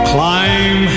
Climb